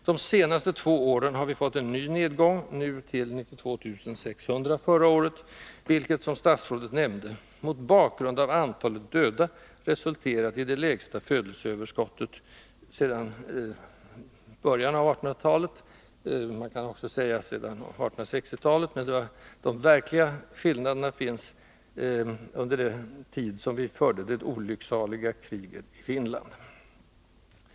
De senaste två åren har vi fått en ny nedgång, till 92 600 förra året, vilket mot bakgrund av antalet döda resulterat i det lägsta födelseöverskottet sedan början av 1800-talet — man kan naturligtvis säga sedan 1860-talet — men de mest dramatiska skillnaderna uppstod under den tid vi förde det olycksaliga kriget i Finland 1808-1809.